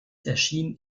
erschien